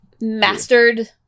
mastered